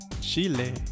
Chile